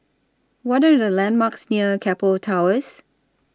What Are The landmarks near Keppel Towers